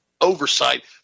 oversight